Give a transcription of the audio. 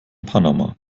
panama